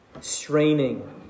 straining